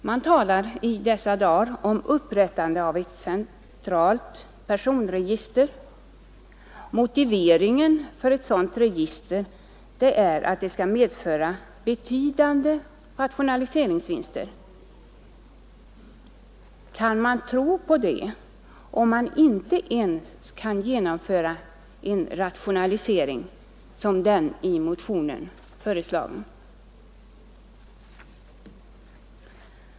Man talar i dessa dagar om upprättande av ett centralt personregister. Motiveringen för ett sådant register är att det skall medföra betydande rationaliseringsvinster. Kan man tro på det om man inte ens kan genomföra en rationalisering som den i motionen föreslagna?